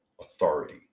authority